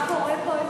מה קורה פה,